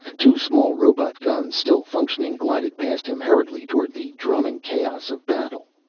two small robot guns, still functioning, glided past him hurriedly toward the drumming chaos of battle.